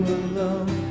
alone